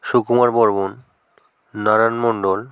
Sukumar Barman Narayan Mondal